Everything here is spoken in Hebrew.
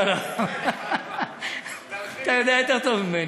לא, לא, אתה יודע יותר טוב ממני.